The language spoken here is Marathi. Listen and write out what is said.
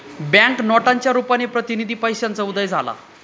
बँक नोटांच्या रुपाने प्रतिनिधी पैशाचा उदय झाला